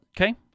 Okay